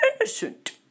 innocent